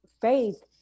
faith